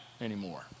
anymore